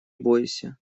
бойся